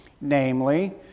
Namely